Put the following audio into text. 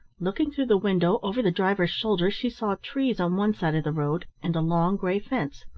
looking through the window over the driver's shoulder she saw trees on one side of the road, and a long grey fence.